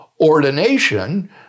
ordination